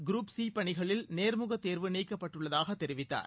group C பணிகளில் நேர்முக தேர்வு நீக்கப்பட்டுள்ளதாக தெரிவித்தார்